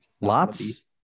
Lots